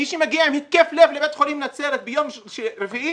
מי שמגיע עם התקף לב לבית החולים נצרת ביום שלישי,